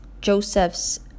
Joseph's